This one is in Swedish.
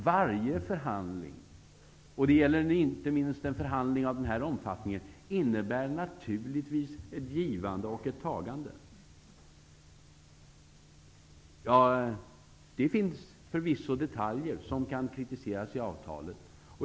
Varje förhandling, och det gäller inte minst en förhandling av denna omfattning, innebär naturligtvis ett givande och ett tagande. Det finns förvisso detaljer som kan kritiseras i avtalet.